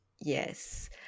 Yes